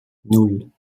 nan